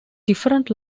different